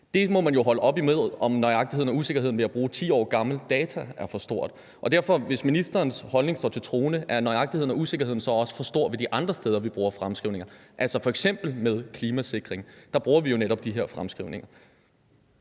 Det må man jo holde op imod, om unøjagtigheden og usikkerheden ved at bruge 10 år gamle data er for stor. Så hvis ministerens holdning står til troende, er unøjagtigheden og usikkerheden så også for stor de andre steder, vi bruger fremskrivninger? Altså, f.eks. i forbindelse med klimasikring bruger vi jo netop de her fremskrivninger.